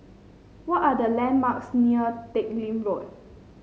what are the landmarks near Teck Lim Road